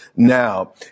Now